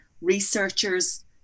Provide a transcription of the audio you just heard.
researchers